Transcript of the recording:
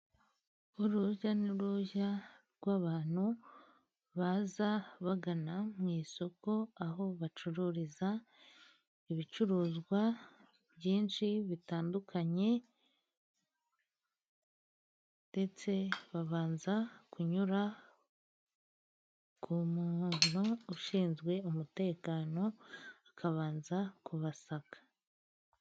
Urujya n'uruza rw'abantu baza bagana mu isoko aho bacururiza ibicuruzwa byinshi bitandukanye, ndetse babanza kunyura ku muntu ushinzwe umutekano akabanza kubasaka.